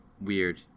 weird